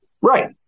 Right